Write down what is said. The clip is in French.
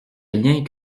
rien